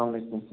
سلام علیکُم